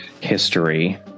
history